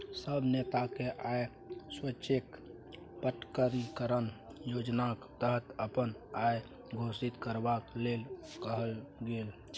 सब नेताकेँ आय स्वैच्छिक प्रकटीकरण योजनाक तहत अपन आइ घोषित करबाक लेल कहल गेल छै